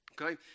Okay